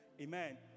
Amen